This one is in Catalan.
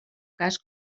cas